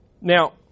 Now